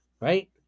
right